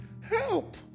help